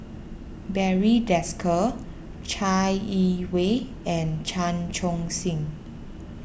Barry Desker Chai Yee Wei and Chan Chun Sing